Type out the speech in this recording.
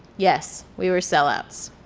yes, we were sell-outs.